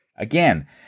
Again